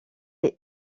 est